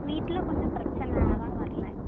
வீட்டில் கொஞ்சம் பிரச்சனை அதுதான் வர்லை